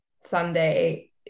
Sunday